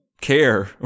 care